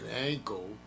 ankle